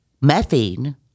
methane